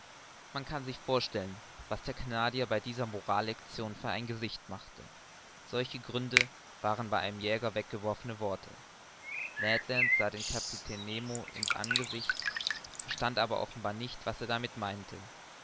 man kann sich vorstellen was der canadier bei dieser moral lection für ein gesicht machte solche gründe waren bei einem jäger weggeworfene worte ned land sah dem kapitän nemo in's angesicht verstand aber offenbar nicht was er damit meinte